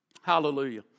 Hallelujah